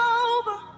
over